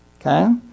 okay